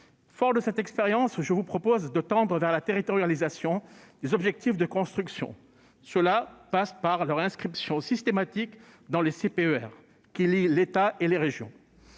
Fort de cette expérience, je vous propose de tendre vers la territorialisation des objectifs de construction de logements. Cela passe par leur inscription systématique dans les contrats de plan État-région